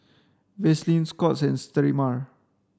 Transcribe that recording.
Vaselin Scott's and Sterimar